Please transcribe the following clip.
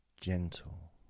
gentle